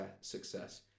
success